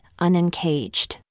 unencaged